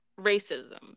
racism